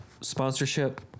sponsorship